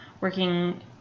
working